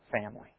family